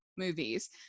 movies